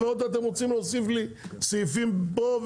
ועוד אתם רוצים להוסיף לי סעיפים פה,